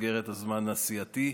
במסגרת הזמן הסיעתי.